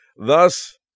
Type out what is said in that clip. Thus